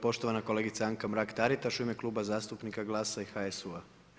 Poštovana kolegica Anka-Mrak Taritaš u ime Kluba zastupnika GLAS-a u HSU-a.